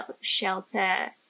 shelter